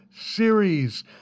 Series